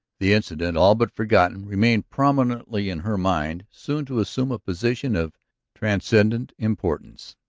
the incident, all but forgotten, remained prominently in her mind, soon to assume a position of transcendent importance.